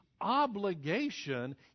obligation